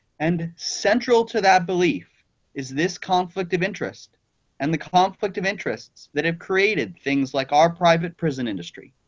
and central to that belief is this conflict of interest and the conflict of interests that have created things like our private prison industry.